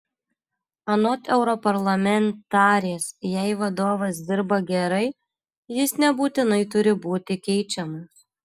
anot europarlamentarės jei vadovas dirba gerai jis nebūtinai turi būti keičiamas